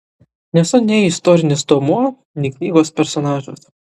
nesu nei istorinis duomuo nei knygos personažas